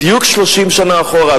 בדיוק 30 שנה אחורה.